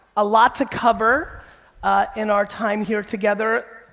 a lot to cover in our time here together.